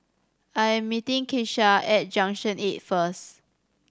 I'm meeting Kesha at Junction Eight first